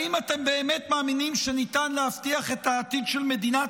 האם אתם באמת מאמינים שניתן להבטיח את העתיד של מדינת